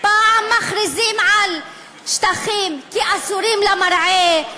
פעם מכריזים על שטחים כאסורים למרעה,